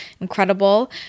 incredible